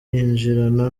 yinjirana